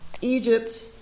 Egypt